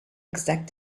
exact